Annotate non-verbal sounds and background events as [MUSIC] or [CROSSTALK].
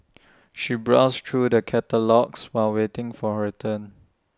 [NOISE] she browsed through the catalogues while waiting for her turn